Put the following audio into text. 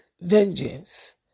vengeance